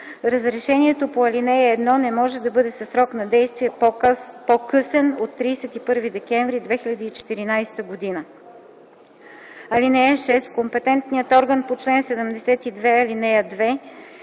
Разрешението по ал. 1 не може да бъде със срок на действие, по-късен от 31 декември 2014 г. (6) Компетентният орган по чл. 72, ал. 2